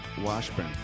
washburn